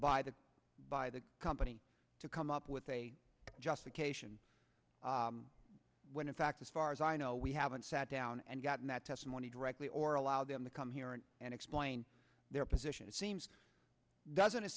by the by the company to come up with a justification when in fact as far as i know we haven't sat down and gotten that testimony directly or allow them to come here and explain their position it seems doesn't it